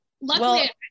luckily